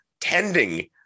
tending